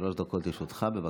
שלוש דקות לרשותך, בבקשה.